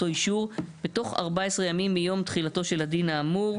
אישור בתוך 14 ימים מיום תחילתו של הדין האמור".